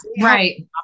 Right